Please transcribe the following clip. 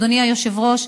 אדוני היושב-ראש,